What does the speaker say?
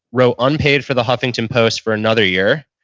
wrote unpaid for the huffington post for another year.